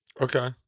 okay